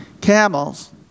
camels